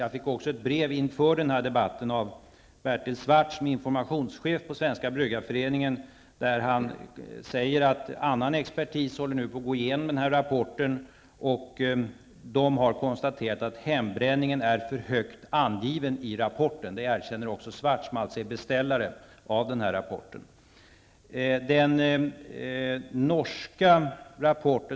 Jag fick också ett brev inför denna debatt från Bryggareföreningen. Han säger att annan expertis nu håller på att gå igenom denna rapport och har kunnat konstatera att hembränningen är för högt angiven i rapporten. Det erkänner alltså också Swartz som är beställare av denna rapport.